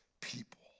people